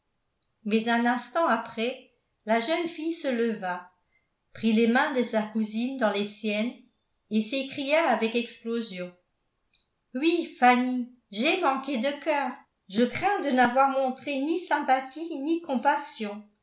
mais un instant après la jeune fille se leva prit les mains de sa cousine dans les siennes et s'écria avec explosion oui fanny j'ai manqué de cœur je crains de n'avoir montré ni sympathie ni compassion